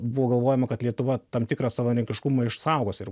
buvo galvojama kad lietuva tam tikrą savarankiškumą išsaugos ir